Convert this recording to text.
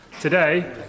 Today